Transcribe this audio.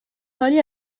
حالی